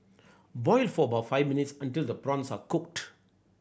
boil for about five minutes until the prawns are cooked